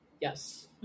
Yes